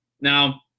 Now